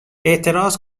اعتراض